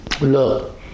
look